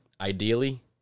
ideally